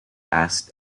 asked